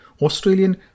Australian